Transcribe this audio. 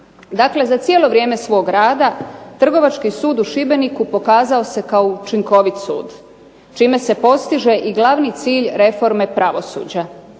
Dakle, za cijelo vrijeme svog rada Trgovački sud u Šibeniku pokazao se kao učinkovit sud čime se postiže i glavni cilj reforme pravosuđa,